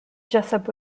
jesup